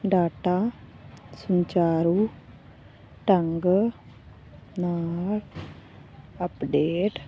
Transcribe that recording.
data ਸੁਚਾਰੂ ਢੰਗ ਨਾਲ ਅਪਡੇਟ